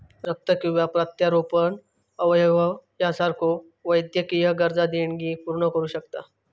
रक्त किंवा प्रत्यारोपण अवयव यासारख्यो वैद्यकीय गरजा देणगी पूर्ण करू शकता